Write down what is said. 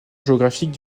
géographique